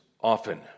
often